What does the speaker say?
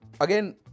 again